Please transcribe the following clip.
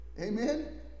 Amen